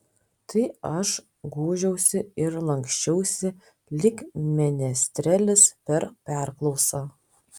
tai aš gūžiausi ir lanksčiausi lyg menestrelis per perklausą